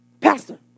Pastor